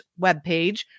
webpage